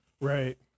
Right